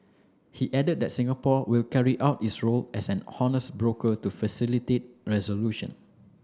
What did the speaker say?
he added that Singapore will carry out its role as an honest broker to facilitate resolution